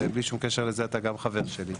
בלי שום קשר לזה, אתה גם חבר שלי.